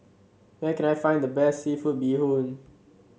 where can I find the best seafood Bee Hoon